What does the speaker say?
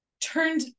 turned